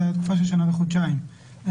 זה היה תקופה של שנה וחודשיים היערכות,